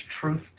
truth